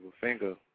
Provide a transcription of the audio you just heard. finger